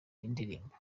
indirimbo